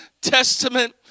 Testament